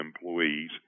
employees